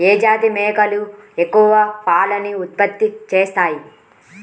ఏ జాతి మేకలు ఎక్కువ పాలను ఉత్పత్తి చేస్తాయి?